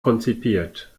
konzipiert